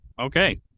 okay